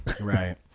Right